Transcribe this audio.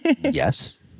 Yes